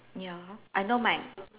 ya I know my